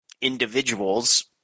individuals